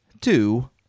two